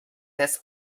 this